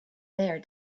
there